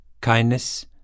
Kindness